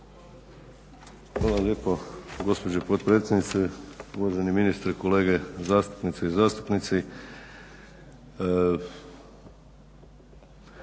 Hvala lijepo gospođo potpredsjednice, uvaženi ministre, kolege zastupnice i zastupnici.